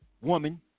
woman